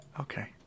Okay